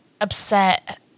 upset